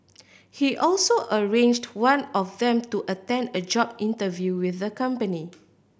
he also arranged one of them to attend a job interview with the company